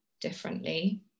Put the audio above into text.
differently